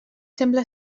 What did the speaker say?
sembla